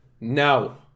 No